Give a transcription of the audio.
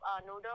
noodle